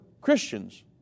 Christians